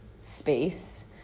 space